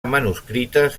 manuscrites